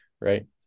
right